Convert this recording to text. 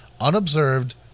unobserved